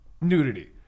nudity